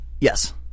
yes